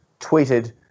tweeted